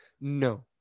No